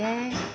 there